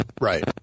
Right